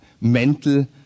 mental